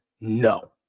No